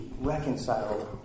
reconciled